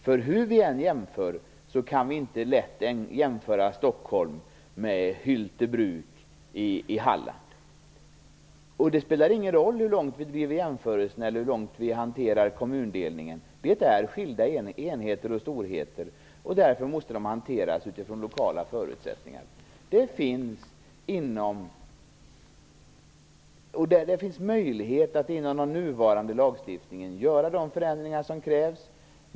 För hur vi än gör kan vi inte på ett enkelt sätt jämföra Stockholm med Hyltebruk i Halland. Det spelar ingen roll hur långt vi driver jämförelsen eller hur vi hanterar kommundelningen - det är skilda enheter och storheter. Därför måste de hanteras utifrån lokala förutsättningar. Det finns möjlighet att inom gränserna för den nuvarande lagstiftningen göra de förändringar som krävs.